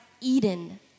Eden